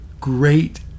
great